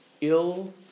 ill